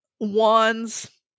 wands